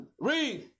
Read